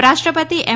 ઉપરાષ્ટ્રપતિ એમ